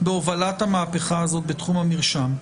בהובלת המהפכה הזאת בתחום המרשם,